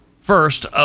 first